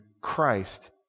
Christ